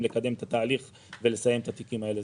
לקדם את התהליך ולסיים את התיקים האלה.